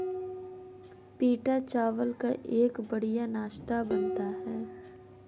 पीटा चावल का एक बढ़िया नाश्ता बनता है